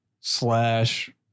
Slash